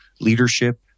leadership